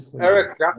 Eric